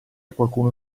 qualcuno